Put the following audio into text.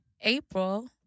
April